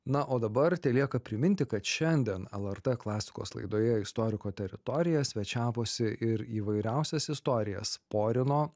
na o dabar telieka priminti kad šiandien lrt klasikos laidoje istoriko teritorija svečiavosi ir įvairiausias istorijas porino